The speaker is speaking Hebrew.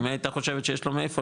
אם היא הייתה חושבת שיש לו מאיפה,